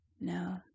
no